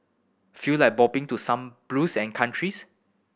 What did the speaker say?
feel like bopping to some blues and countries